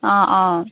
অঁ অঁ